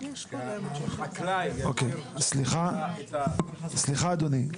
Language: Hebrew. שלמים- -- סליחה אדוני,